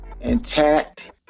intact